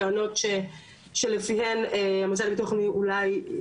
לאומי אולי אפשר היה להבין בצורה לא מדויקת אולי לא נכונה,